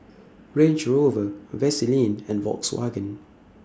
Range Rover Vaseline and Volkswagen